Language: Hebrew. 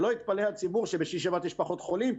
שלא יתפלא הציבור שבשישי-שבת יש פחות חולים,